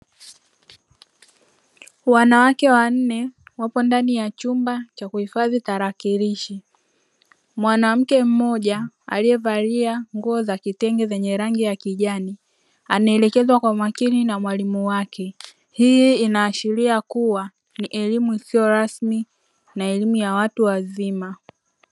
Wanawake wanne wapo ndani ya chumba cha kuhifadhi tarakilishi mwanamke mmoja aliyevalia nguo za kitenge zenye rangi ya kijani, anaelekezwa kwa makini na mwalimu wake hii inaashiria kuwa ni elimu isiyo rasmi na elimu ya watu wazima.